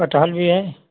कटहल भी है